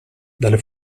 dalle